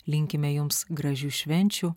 linkime jums gražių švenčių